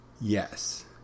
Yes